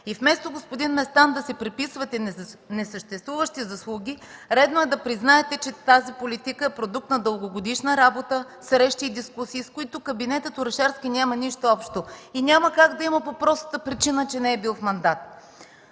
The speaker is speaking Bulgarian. И вместо, господин Местан, да си приписвате несъществуващи заслуги, редно е да признаете, че тази политика е продукт на дългогодишна работа, срещи и дискусии, с които кабинетът Орешарски няма нищо общо. И няма как да има по простата причина, че не е бил в мандат.